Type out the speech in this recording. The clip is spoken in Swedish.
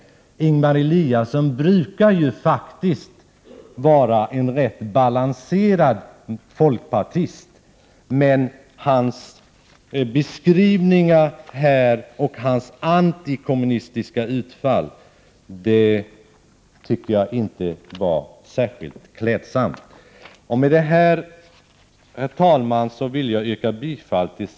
Ingemar Eliasson brukar faktiskt vara en rätt balanserad folkpartist, men hans beskrivningar och antikommunistiska utfall tycker jag inte var klädsamma. Herr talman! Med det här vill jag yrka bifall till samtliga reservationer i — Prot.